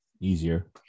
easier